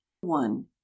One